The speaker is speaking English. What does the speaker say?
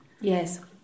Yes